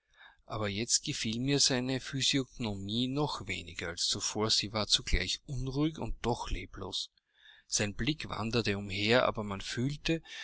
aber jetzt gefiel mir seine physiognomie noch weniger als zuvor sie war zugleich unruhig und doch leblos seine blicke wanderten umher aber man fühlte